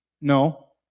No